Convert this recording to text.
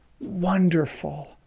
wonderful